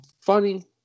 Funny